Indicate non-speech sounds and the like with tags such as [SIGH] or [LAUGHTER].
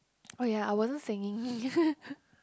oh ya I wasn't singing [LAUGHS]